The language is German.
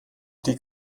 die